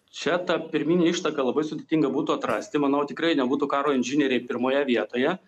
čia ta pirminę ištaką labai sudėtinga būtų atrasti manau tikrai nebūtų karo inžinieriai pirmoje vietoje